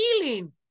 healing